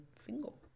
single